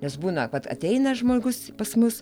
nes būna vat ateina žmogus pas mus